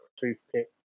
toothpick